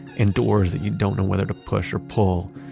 and doors that you don't know whether to push or pull.